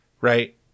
Right